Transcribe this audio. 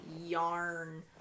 yarn